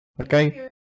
Okay